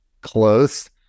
close